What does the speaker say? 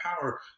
power